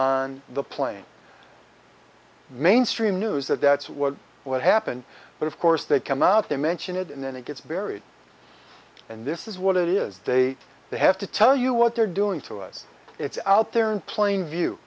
on the plane mainstream news that that's what would happen but of course they come out they mention it and then it gets buried and this is what it is they they have to tell you what they're doing to us it's out there in plain view